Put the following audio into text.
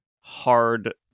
hard